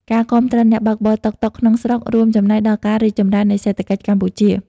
ការគាំទ្រអ្នកបើកបរតុកតុកក្នុងស្រុក រួមចំណែកដល់ការរីកចម្រើននៃសេដ្ឋកិច្ចកម្ពុជា។